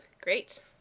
Great